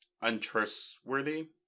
untrustworthy